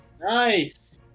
Nice